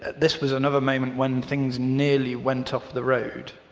this was another moment when things nearly went off the road,